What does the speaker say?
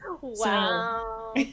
Wow